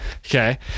Okay